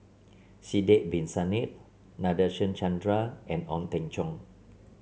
Sidek Bin Saniff Nadasen Chandra and Ong Teng Cheong